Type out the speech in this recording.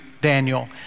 Daniel